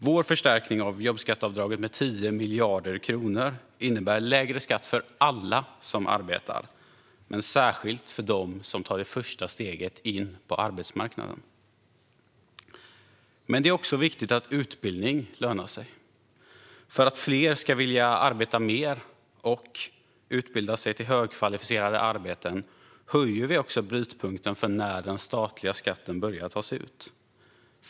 Vår förstärkning av jobbskatteavdraget med 10 miljarder kronor innebär lägre skatt för alla som arbetar men särskilt för de som tar det första steget in på arbetsmarknaden. Men det är också viktigt att utbildning lönar sig. För att fler ska vilja arbeta mer och utbilda sig till högkvalificerade arbeten höjer vi också brytpunkten för när den statliga skatten börjar tas ut.